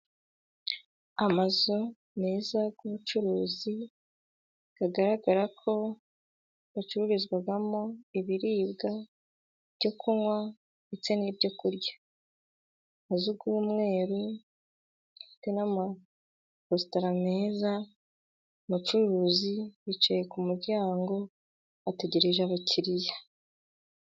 Amazu meza y'ubucuruzi bigaragara ko acururizwamo ibiribwa, byo kunywa ndetse n'ibyokurya. Amazu y'umweru afite n'amakositara meza, abacuruzi bicaye ku muryango bategereje abakiriya.